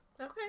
Okay